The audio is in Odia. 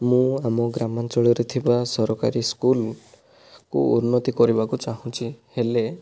ମୁଁ ଆମ ଗ୍ରାମାଞ୍ଚଳରେ ଥିବା ସରକାରୀ ସ୍କୁଲକୁ ଉନ୍ନତି କରିବାକୁ ଚାହୁଁଛି ହେଲେ